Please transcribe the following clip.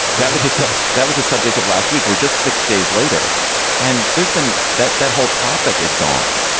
that was this so that was the subject of last week we're just six days later and there's been that that whole topic is gone.